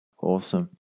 Awesome